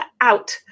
out